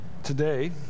Today